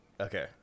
Okay